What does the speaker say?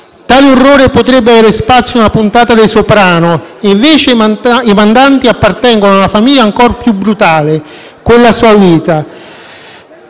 Tale orrore potrebbe avere spazio in una puntata dei «Soprano», invece i mandanti appartengono ad una famiglia ancor più brutale, quella saudita,